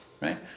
Right